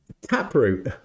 Taproot